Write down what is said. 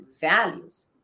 values